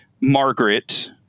margaret